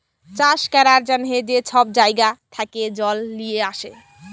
চাষ ক্যরার জ্যনহে যে ছব জাইগা থ্যাকে জল লিঁয়ে আসে